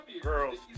girls